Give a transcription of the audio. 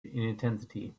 intensity